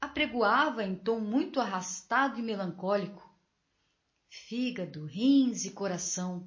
apregoava em tom muito arrastado e melancólico fígado rins e coração